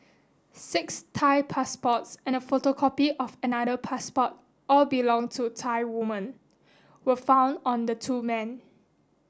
six Thai passports and a photocopy of another passport all belong to Thai women were found on the two men